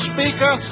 Speaker